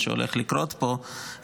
מה שהולך לקרות פה,